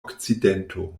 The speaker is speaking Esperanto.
okcidento